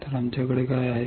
तर आमच्याकडे काय आहे